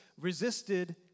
resisted